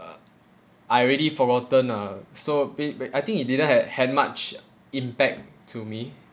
uh I already forgotten nah so be but I think it didn't had had much impact to me